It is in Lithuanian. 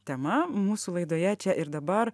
tema mūsų laidoje čia ir dabar